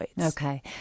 Okay